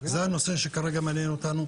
זה הנושא שכרגע מעניין אותנו,